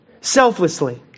selflessly